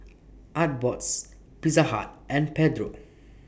Artbox Pizza Hut and Pedro